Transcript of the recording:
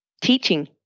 teaching